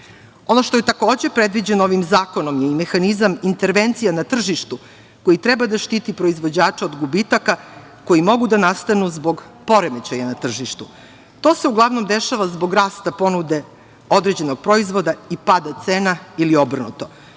što je takođe predviđeno ovim zakonom mehanizam intervencija na tržištu koji treba da štiti proizvođača od gubitaka koji mogu da nastanu zbog poremećaja na tržištu. To se uglavnom dešava zbog rasta ponude određenog proizvoda i pada cena ili obrnuto. Zato